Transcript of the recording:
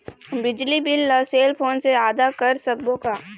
बिजली बिल ला cell phone से आदा कर सकबो का?